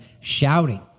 shouting